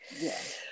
Yes